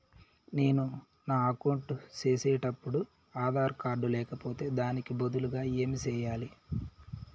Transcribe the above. నేను నా అకౌంట్ సేసేటప్పుడు ఆధార్ కార్డు లేకపోతే దానికి బదులు ఏమి సెయ్యాలి?